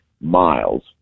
miles